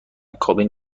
کابین